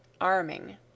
arming